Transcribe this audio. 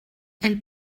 elle